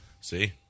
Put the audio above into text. See